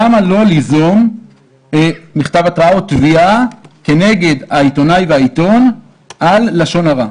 למה לא ליזום מכתב התרעה או תביעה כנגד העיתונאי והעיתון על לשון הרע?